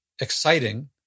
exciting